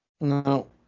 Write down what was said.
No